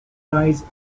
rise